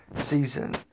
season